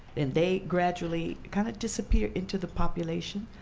and they gradually kind of disappeared into the population,